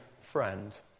friend